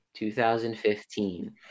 2015